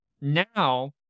Now